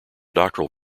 doctoral